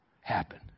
happen